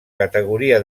categoria